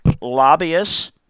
lobbyists